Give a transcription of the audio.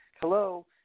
Hello